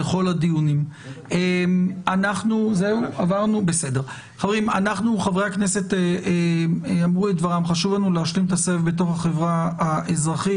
ובאמצע אנחנו צריכים שיהיה את שוויון ההזדמנויות.